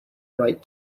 right